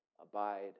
abide